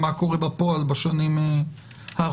מה קורה בפועל בשנים האחרונות.